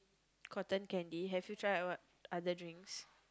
cotton candy have you tried what other drinks